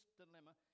dilemma